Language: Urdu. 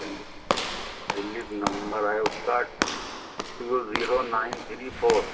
سلپ نمبر ہے اس کا two zero nine three four